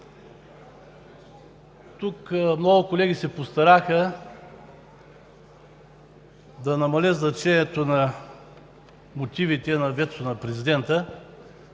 Тук много колеги се постараха да намалят значението на мотивите на ветото на президента,